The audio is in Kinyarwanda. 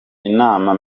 inama